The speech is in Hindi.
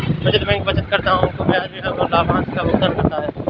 बचत बैंक बचतकर्ताओं को ब्याज या लाभांश का भुगतान करता है